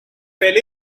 fell